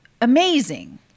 amazing